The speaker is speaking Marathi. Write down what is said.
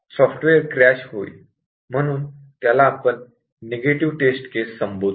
सॉफ्टवेअर क्रॅश होईल म्हणून त्याला आपण निगेटिव टेस्ट केस संबोधू